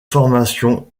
formation